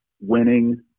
winning